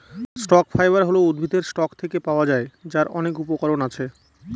stock fibre হল উদ্ভিদের stalk থেকে পাওয়া যার অনেক উপকরণ আছে